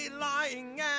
lying